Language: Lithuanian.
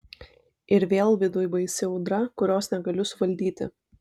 ir vėl viduj baisi audra kurios negaliu suvaldyti